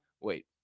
Wait